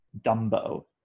Dumbo